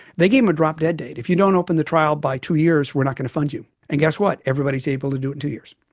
they give them a drop-dead date if you don't open the trial by two years, we are not going to fund you. and guess what? everybody is able to do it in two years.